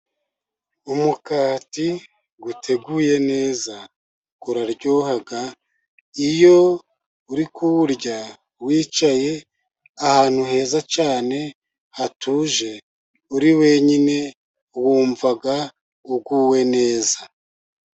Umugati uteguye neza uraryoha. Iyo uri kuwurya wicaye ahantu heza cyane hatuje uri wenyine, wumva uguwe neza.